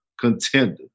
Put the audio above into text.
contender